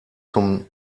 zum